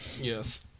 Yes